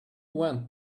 went